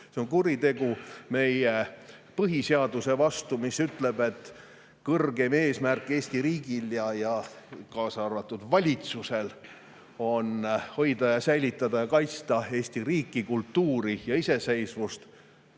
See on kuritegu meie põhiseaduse vastu, mis ütleb, et kõrgeim eesmärk Eesti riigil, kaasa arvatud valitsusel, on hoida ja säilitada ja kaitsta Eesti riiki, eesti kultuuri ja iseseisvust.